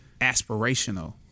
aspirational